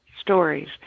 stories